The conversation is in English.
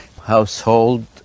household